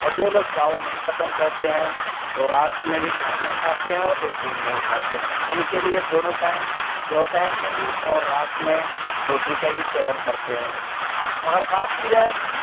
اور جو لوگ چاول نہیں پسند کرتے ہیں وہ رات میں بھی کھا نہیں کھاتے ہیں اور نہ ہی دن میں کھاتے ہیں ان کے لیے دونوں ٹائم دوپہر میں بھی اور رات میں روٹی کا ہی سیون کرتے ہیں اور اگر بات کی جائے